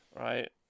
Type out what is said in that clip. Right